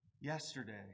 yesterday